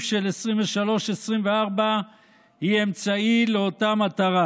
של 2024-2023 היא אמצעי לאותה מטרה,